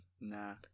Nah